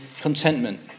contentment